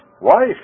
wife